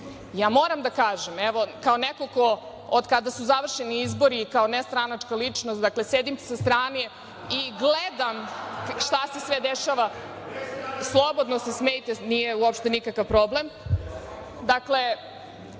Ja moram da kažem, evo kao neko ko od kada su završeni izbori kao nestranačka ličnost, dakle sedim sa strane i gledam šta se sve dešava…Slobodno se smejte, nije uopšte nikakav problem. Dakle,